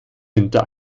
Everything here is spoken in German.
hinter